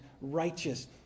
righteous